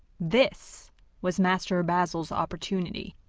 this was master rubezahl's opportunity.